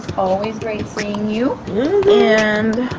always great seeing you and